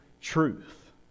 truth